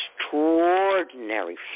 extraordinary